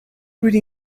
really